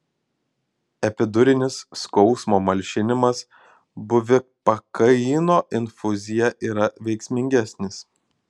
epidurinis skausmo malšinimas bupivakaino infuzija yra veiksmingesnis